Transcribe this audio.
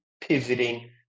pivoting